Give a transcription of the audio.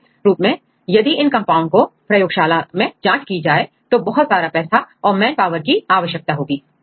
दूसरे रूप में यदि इन कंपाउंड की प्रयोगशाला में जांच की जाए तो बहुत सारा पैसा और मेन पावर की आवश्यकता होगी